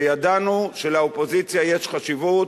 וידענו שלאופוזיציה יש חשיבות,